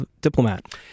diplomat